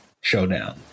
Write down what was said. showdown